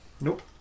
Nope